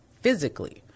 physically